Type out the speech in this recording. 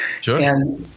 Sure